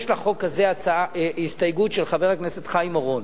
יש לחוק הזה הסתייגות של חבר הכנסת חיים אורון,